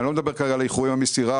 ואני לא מדבר כרגע על איחורי המסירה